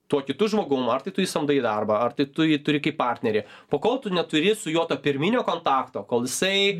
tuo kitu žmogum ar tu tu jį samdai į darbą ar tu tu jį turi kaip partnerį po kol tu neturi su juo to pirminio kontakto kol jisai